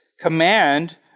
command